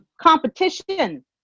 competition